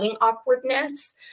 awkwardness